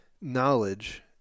knowledge